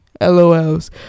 lols